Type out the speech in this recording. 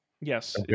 yes